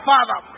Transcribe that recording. Father